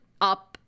up